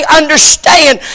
understand